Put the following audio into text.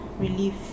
relief